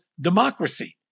democracy